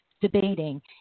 debating